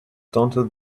taunted